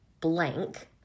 blank